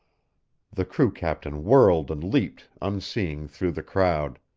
the crew captain whirled and leaped, unseeing, through the crowd.